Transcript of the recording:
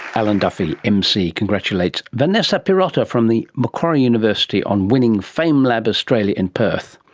alan duffy, mc, congratulates vanessa pirotta from the macquarie university, on winning famelab australia in perth.